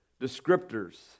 descriptors